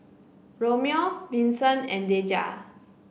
Romeo Vinson and Deja